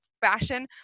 fashion